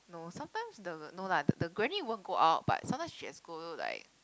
no sometimes the no lah the granny won't go out but sometimes she has to go like